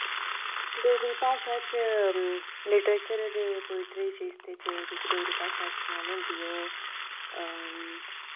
डोगरी भाशा च लिटरेचर ते पोइट्री च इसदे च जेह्की डोगरी भाशा इस्तेमाल होंदी ओ